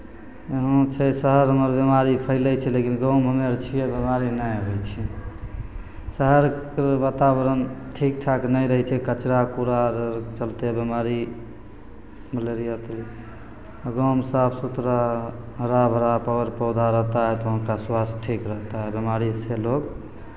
यहाँ छै शहरमे बिमारी फैलै छै लेकिन गाँवमे हमे अर छियै बिमारी नहि होइ छै शहरके वातावरण ठीक ठाक नहि रहै छै कचड़ा कूड़ा चलते बिमारी मलेरिया गाँवमे साफ सुथरा हरा भरा पेड़ पौधा रहता है तो उनका स्वास्थ ठीक रहता है बेमारी से लोग